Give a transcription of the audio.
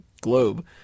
globe